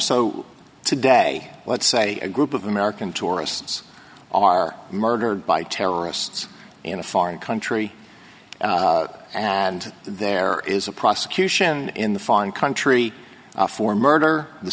so today let's say a group of american tourists are murdered by terrorists in a foreign country and there is a prosecution in the foreign country for murder the